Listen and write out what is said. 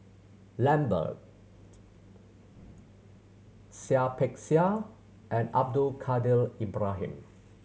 Lambert Seah Peck Seah and Abdul Kadir Ibrahim